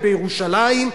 ובירושלים,